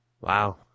wow